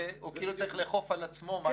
הוא כאילו צריך לאכוף על עצמו.